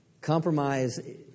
Compromise